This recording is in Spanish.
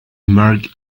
mark